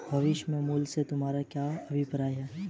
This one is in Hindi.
भविष्य के मूल्य से तुम्हारा क्या अभिप्राय है?